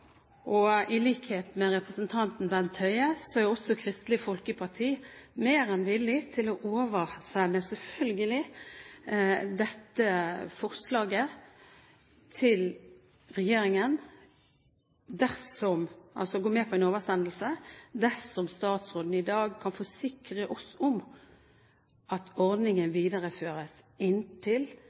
I likhet med representanten Bent Høie er selvfølgelig også vi i Kristelig Folkeparti mer enn villig til å gå med på en oversendelse av dette forslaget til regjeringen, dersom statsråden i dag kan forsikre oss om at ordningen videreføres inntil